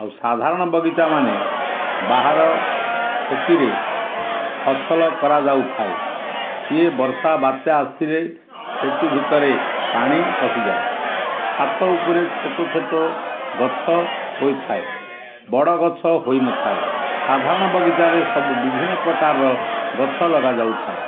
ଆଉ ସାଧାରଣ ବଗିଚାମାନେ ବାହାର କ୍ଷତିରେ ଫସଲ କରାଯାଉଥାଏ ସିଏ ବର୍ଷା ବାତ୍ୟା ଆସିରେ କ୍ଷତି ଭିତରେ ପାଣି ପଶିଯାଏ ଛାତ ଉପରେ ଛୋଟ ଛୋଟ ଗଛ ହୋଇଥାଏ ବଡ଼ ଗଛ ହୋଇନଥାଏ ସାଧାରଣ ବଗିଚାରେ ସବୁ ବିଭିନ୍ନ ପ୍ରକାରର ଗଛ ଲଗାଯାଉଥାଏ